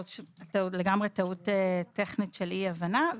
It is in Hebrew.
טעות טכנית של אי הבנה.